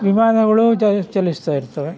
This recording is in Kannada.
ವಿಮಾನಗಳೂ ಚಲಿಸಿ ಚಲಿಸ್ತಾ ಇರ್ತವೆ